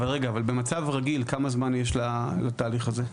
אבל במצב רגיל, כמה זמן יש לתהליך הזה?